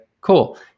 cool